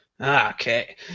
Okay